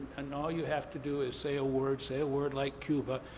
and all you have to do is say a word, say a word like cuba,